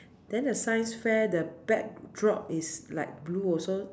then the science fair the backdrop is like blue also